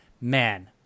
man